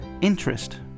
interest